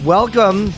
Welcome